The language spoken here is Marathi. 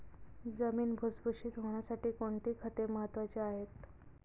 जमीन भुसभुशीत होण्यासाठी कोणती खते महत्वाची आहेत?